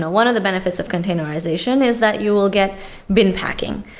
one of the benefits of containerization is that you will get bin packing.